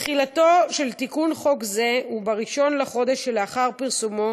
תחילתו של תיקון חוק זה הוא ב-1 בחודש שלאחר פרסומו,